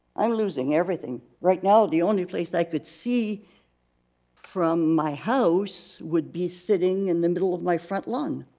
i'm losing everything. right now, the only place i could see from my house, would be sitting in the middle of my front lawn.